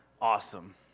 Awesome